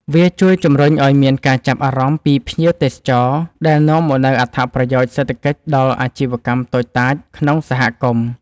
វាជួយជំរុញឱ្យមានការចាប់អារម្មណ៍ពីភ្ញៀវទេសចរ ដែលនាំមកនូវអត្ថប្រយោជន៍សេដ្ឋកិច្ចដល់អាជីវកម្មតូចតាចក្នុងសហគមន៍។